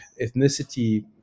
ethnicity